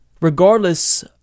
Regardless